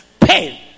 pain